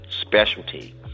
specialty